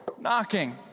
knocking